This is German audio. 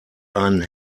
einen